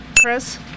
Chris